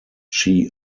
chi